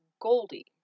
Goldie